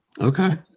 Okay